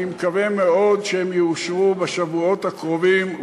אני מקווה מאוד שהן יאושרו בשבועות הקרובים,